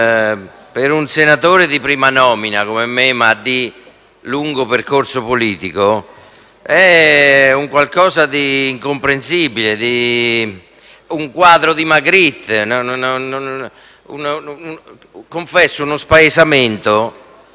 per un senatore di prima nomina come me, ma di lungo percorso politico, è qualcosa di incomprensibile, un quadro di Magritte. Confesso uno spaesamento